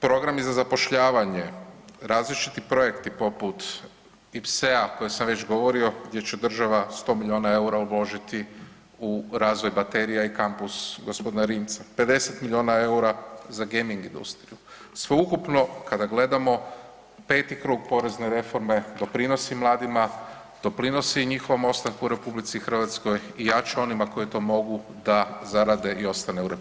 Programi za zapošljavanje, različiti projekti poput IPSE-a koji sam već govorio gdje će država 100 miliona EUR-a uložiti u razvoj baterija i kampus gospodina Rimca, 50 miliona EUR-a za gaming industriju, sveukupno kada gledamo peti krug porezne reforme doprinosi mladima, doprinosi njihovom ostanku u RH i jača onima koji to mogu da zarade i ostanu u RH.